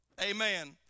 Amen